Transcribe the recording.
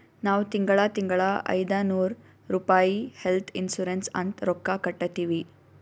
ನಾವ್ ತಿಂಗಳಾ ತಿಂಗಳಾ ಐಯ್ದನೂರ್ ರುಪಾಯಿ ಹೆಲ್ತ್ ಇನ್ಸೂರೆನ್ಸ್ ಅಂತ್ ರೊಕ್ಕಾ ಕಟ್ಟತ್ತಿವಿ